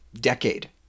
decade